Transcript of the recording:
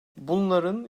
bunların